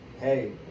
Hey